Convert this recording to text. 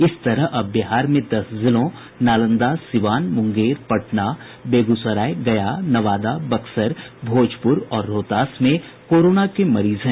इस तरह अब बिहार में दस जिलों नालंदा सीवान मुंगेर पटना बेगूसराय गया नवादा बक्सर भोजपुर और रोहतास में कोरोना के मरीज हैं